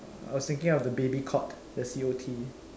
I was thinking of the baby cot the C O T